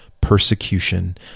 persecution